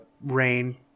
rain